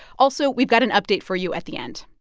also, we've got an update for you at the end